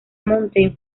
mountain